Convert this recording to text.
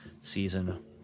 season